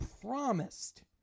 promised